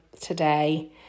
today